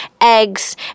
Eggs